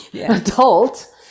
adult